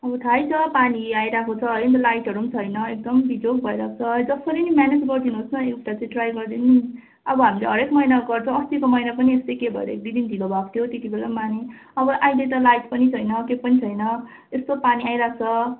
अब थाहै छ पानी आइरहेको छ है अन्त लाइटहरू पनि छैन एकदम बिजोग भइरहेको छ जसरी पनि म्यानेज गरिदिनुहोस् न एउटा चाहिँ ट्राई गरिदिनु नि अब हामीले हरेक महिना गर्छ अस्तिको महिना पनि यस्तै के भएर एक दुई दिन ढिलो भएको थियो त्यति बेला पनि मानेँ अब अहिले त लाइट पनि छैन के पनि छैन यस्तो पानी आइरहेको छ